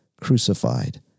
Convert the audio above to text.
crucified